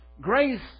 Grace